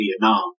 Vietnam